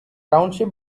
township